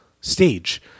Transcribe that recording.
stage